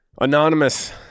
Anonymous